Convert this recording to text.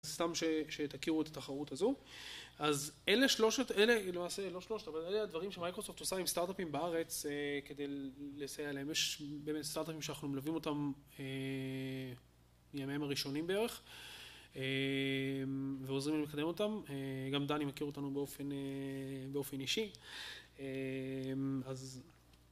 סתם שתכירו את התחרות הזו, אז אלה שלושת, אלה למעשה, לא שלושת, אבל אלה הדברים שמייקרוסופט עושה עם סטארט-אפים בארץ כדי לסייע להם. יש באמת סטארט-אפים שאנחנו מלווים אותם מימיהם הראשונים בערך, ועוזרים לקדם אותם, גם דני מכיר אותנו באופן אישי. אז...